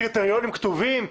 קריטריונים כתובים?